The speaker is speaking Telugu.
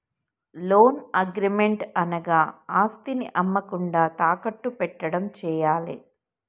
లోన్ అగ్రిమెంట్ అనగా ఆస్తిని అమ్మకుండా తాకట్టు పెట్టడం చేయాలే